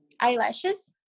eyelashes